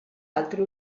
altri